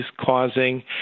causing